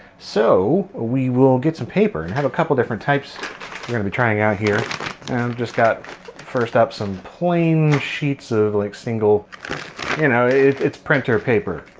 so we will get some paper. i and have a couple different types we're gonna be trying out here and i've just got first up some plain sheets of like single you know, it's printer paper